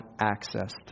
access